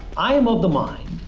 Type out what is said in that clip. i'm of the mind,